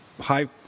high